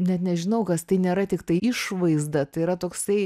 net nežinau kas tai nėra tiktai išvaizda tai yra toksai